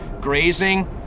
grazing